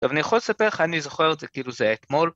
עכשיו אני יכול לספר לך, אני זוכר את זה כאילו זה היה אתמול